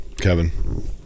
Kevin